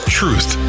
truth